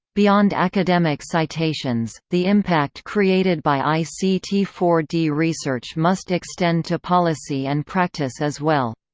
beyond academic citations, the impact created by i c t four d research must extend to policy and practice as well.